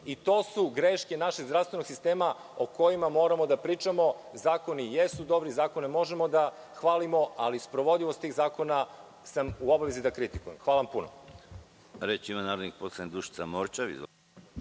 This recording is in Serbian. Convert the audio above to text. To su greške našeg zdravstvenog sistema o kojima moramo da pričamo. Zakoni jesu dobri, zakone možemo da hvalimo, ali sprovodljivost tih zakona sam u obavezi da kritikujem. Hvala puno.